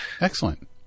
Excellent